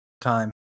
time